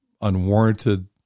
unwarranted